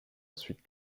ensuite